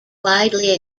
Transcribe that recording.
widely